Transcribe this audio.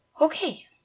okay